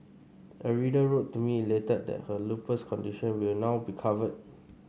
a reader wrote to me elated that her lupus condition will now be covered